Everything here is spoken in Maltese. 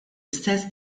istess